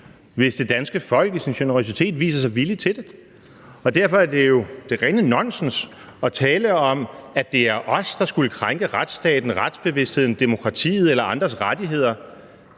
hvis det danske folk i sin generøsitet viser sig villig til det, og derfor er det jo det rene nonsens at tale om, at det er os, der skulle krænke retsstaten, retsbevidstheden, demokratiet eller andres rettigheder.